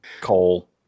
Coal